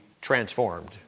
transformed